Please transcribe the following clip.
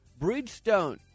Bridgestone